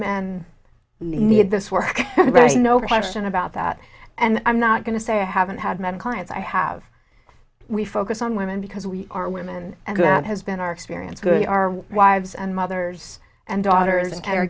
men need this work right no question about that and i'm not going to say i haven't had many clients i have we focus on women because we are women and that has been our experience good our wives and mothers and daughters